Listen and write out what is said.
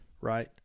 Right